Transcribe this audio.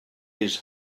his